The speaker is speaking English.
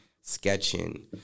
sketching